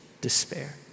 despair